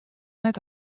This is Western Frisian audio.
net